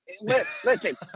Listen